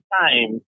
time